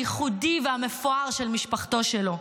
הייחודי והמפואר של משפחתו שלו.